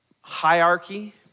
hierarchy